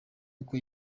uko